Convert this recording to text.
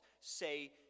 say